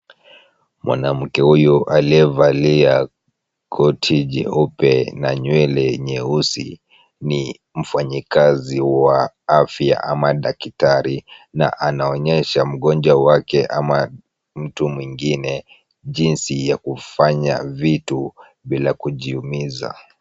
Mwanamke huyu aliyevalia koti jeupe na nywele nyeusi ni mfanyikazi wa afya ama ni daktari na anaonyesha mgonjwa ama mtu mwingine jinsi ya kufanya vitu bila kujiumiza.